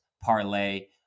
parlay